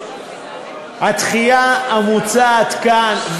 הדחייה המוצעת כאן,